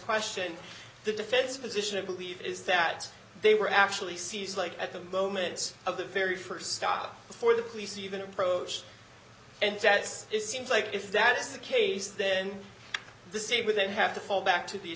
question the defense position to believe is that they were actually sees like at the moments of the very st stop before the police even approach and that's it seems like if that is the case then the state with them have to fall back to the